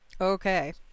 Okay